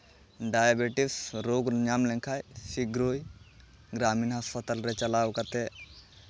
diabetes ᱨᱳᱜᱽ ᱧᱟᱢ ᱞᱮᱱᱠᱷᱟᱡ ᱥᱤᱜᱽᱨᱳᱭ ᱜᱨᱟᱢᱤᱱ ᱦᱟᱥᱯᱟᱛᱟᱞ ᱨᱮ ᱪᱟᱞᱟᱣ ᱠᱟᱛᱮ